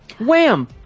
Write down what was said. Wham